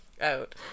out